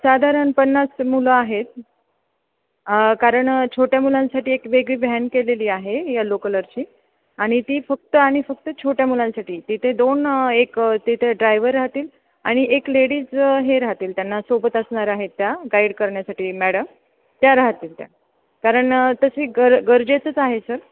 साधारण पन्नास मुलं आहेत कारण छोट्या मुलांसाठी एक वेगळी व्हॅन केलेली आहे यलो कलरची आणि ती फक्त आणि फक्त छोट्या मुलांसाठी तिथे दोन एक तिथे ड्रायवर राहतील आणि एक लेडीज हे राहतील त्यांना सोबत असणार आहेत त्या गाईड करण्यासाठी मॅडम त्या राहतील त्या कारण तशी गर गरजेचंच आहे सर